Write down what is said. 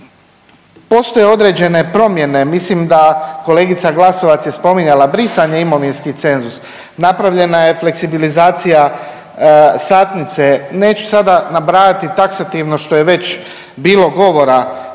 Postoje određene promjene, mislim da kolegica Glasovac je spominjala brisanje imovinski cenzus, napravljena je fleksibilizacija satnice. Neću sada nabrajati taksativno što je već bilo govora